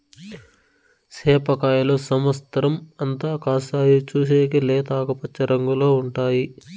సేప కాయలు సమత్సరం అంతా కాస్తాయి, చూసేకి లేత ఆకుపచ్చ రంగులో ఉంటాయి